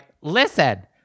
listen